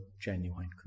genuine